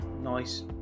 nice